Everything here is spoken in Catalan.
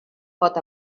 pot